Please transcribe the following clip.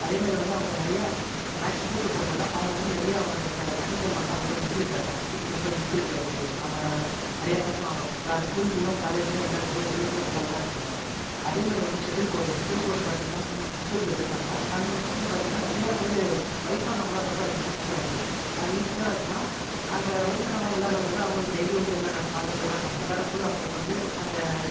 அதே மாதிரி வந்து அவங்க நிறைய மேட்ச் கூட்டிகிட்டு போகிறதால அவன் வந்து நிறைய அவனோட தனித்திறமையெல்லாம் ரொம்ப இன்க்ரீஸ் ஆகிருக்கு அவன் ஸ்கில்ஸ் ரொம்ப இன்க்ரீஸ் ஆகிருக்கு அவனை நிறைய மேட்ச் அவன் ஸ்கூலியும் காலேஜிலியும் விளையாட போய் வெளியே போய் நல்லா விளையாண்டு வந்துடுறான் அதே மாதிரி வந்து செட்டில் கோர்ட் செட்டில் கோர்ட் பார்த்தீங்கன்னா இன்ஸ்டிடியூட்டில் வச்சுருக்காங்கள் அந்த இன்ஸ்டிடியூட்ல பார்த்தீங்கன்னா நிறைய பேரு வயசானவங்கல்லாம் ரொம்ப அது யூஸ்ஃபுல்லா இருக்கு அது யூஸ்ஃபுல்லா இருக்குதுன்னா அங்கே வயசானவங்கெல்லாம் விளையாடுறதால் அவங்க டெய்லியும் வந்து விளையாடுறாங்கள் காலையிலேருந்து விளையாடுறாங்க விளையாடும் போது அவங்களுக்கு வந்து அந்த